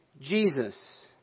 Jesus